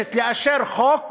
נדרשת לאשר חוק